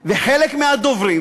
וחלק מהדוברים